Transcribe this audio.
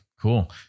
cool